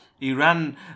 Iran